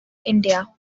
india